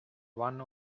one